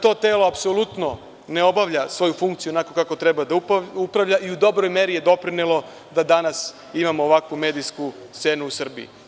To telo apsolutno ne obavlja svoju funkciju kako treba da radi i u dobroj meri je doprinelo da danas imamo ovakvu medijsku scenu u Srbiji.